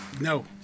No